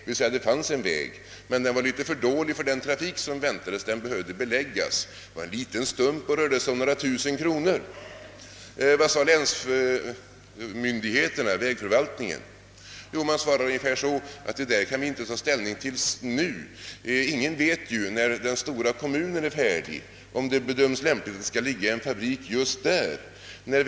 Ja, det fanns egentligen en väg men den var litet för dålig för den trafik som väntades och behövde därför beläggas. Det rörde sig om en liten stump och den skulle bara kosta några tusen kronor. Vad sade då vägförvaltningen? Jo, den svarade att den inte kunde ta ställning till frågan då, eftersom ingen visste om det skulle bedömas lämpligt med en fabrik just där när den stora kommunen genomförts.